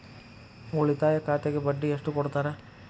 ಉಳಿತಾಯ ಖಾತೆಗೆ ಬಡ್ಡಿ ಎಷ್ಟು ಕೊಡ್ತಾರ?